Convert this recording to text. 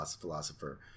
philosopher